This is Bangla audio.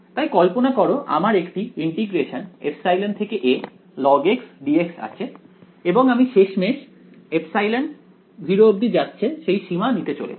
তাই কল্পনা করো আমার একটি আছে এবং আমি শেষমেষ ε → 0 সীমা নিতে চলেছি